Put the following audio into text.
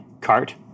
cart